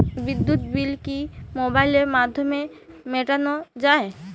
বিদ্যুৎ বিল কি মোবাইলের মাধ্যমে মেটানো য়ায়?